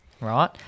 right